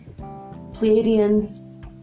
Pleiadians